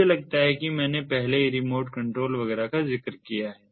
मुझे लगता है कि मैंने पहले ही रिमोट कंट्रोल वगैरह का जिक्र किया है